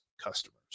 customers